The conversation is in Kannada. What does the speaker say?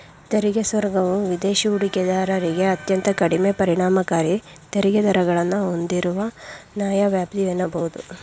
ತೆರಿಗೆ ಸ್ವರ್ಗವು ವಿದೇಶಿ ಹೂಡಿಕೆದಾರರಿಗೆ ಅತ್ಯಂತ ಕಡಿಮೆ ಪರಿಣಾಮಕಾರಿ ತೆರಿಗೆ ದರಗಳನ್ನ ಹೂಂದಿರುವ ನ್ಯಾಯವ್ಯಾಪ್ತಿ ಎನ್ನಬಹುದು